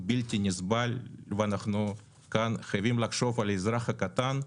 בלתי נסבל ואנחנו כאן חייבים לחשוב על האזרח הקטן,